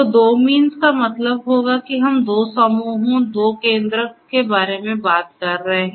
तो 2 मींस का मतलब होगा कि हम दो समूहों दो केन्द्रक के बारे में बात कर रहे हैं